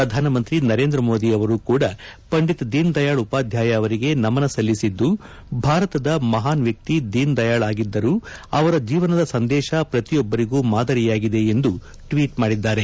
ಪ್ರಧಾನಮಂತ್ರಿ ನರೇಂದ್ರ ಮೋದಿ ಅವರು ಕೂಡ ಪಂಡಿತ್ ದೀನ್ ದಯಾಳ್ ಉಪಾಧ್ಯಾಯ ಅವರಿಗೆ ನಮನ ಸಲ್ಲಿಸಿದ್ದು ಭಾರತದ ಮಹಾನ್ ವ್ಯಕ್ತಿ ದೀನ್ ದಯಾಳ್ ಆಗಿದ್ದರು ಅವರ ಜೀವನದ ಸಂದೇಶ ಪ್ರತಿಯೊಬ್ಬರಿಗೂ ಮಾದರಿಯಾಗಿದೆ ಎಂದು ಟ್ವೀಟ್ ಮಾಡಿದ್ದಾರೆ